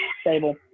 stable